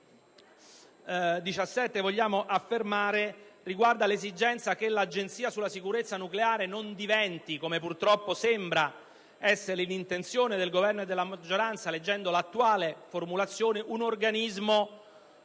vogliamo affermare riguarda l'esigenza che l'Agenzia sulla sicurezza nucleare non diventi, come purtroppo sembra essere l'intenzione del Governo e della maggioranza, un organismo